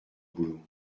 boulot